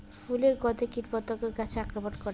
ফুলের গণ্ধে কীটপতঙ্গ গাছে আক্রমণ করে?